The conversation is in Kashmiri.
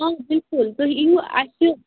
آ بِلکُل تُہۍ یِیِو اَسہِ